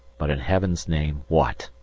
but in heaven's name, what?